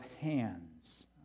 hands